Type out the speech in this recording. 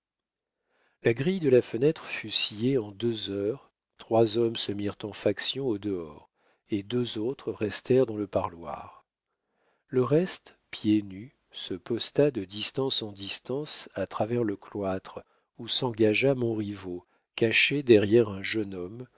la grille de la fenêtre fut sciée en deux heures trois hommes se mirent en faction au dehors et deux autres restèrent dans le parloir le reste pieds nus se posta de distance en distance à travers le cloître où s'engagea montriveau caché derrière un jeune homme